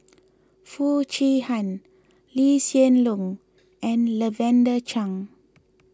Foo Chee Han Lee Hsien Loong and Lavender Chang